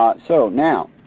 um so now